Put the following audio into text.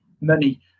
money